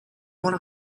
want